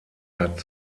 hat